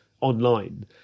online